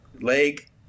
leg